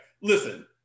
listen